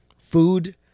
Food